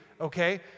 okay